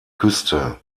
küste